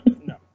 no